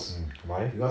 mm why